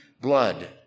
blood